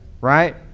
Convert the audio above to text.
right